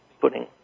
putting